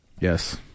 Yes